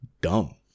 dumb